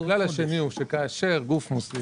הכלל השני הוא שכאשר גוף מוסדי